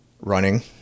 Running